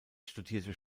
studierte